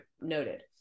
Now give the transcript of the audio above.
Noted